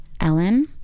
Ellen